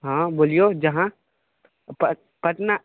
हँ बोलियौ जहाँ पटना